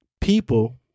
people